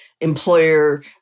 employer